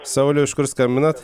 sauliau iš kur skambinat